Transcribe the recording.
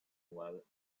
while